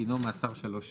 דינו מאסר שלוש שנים."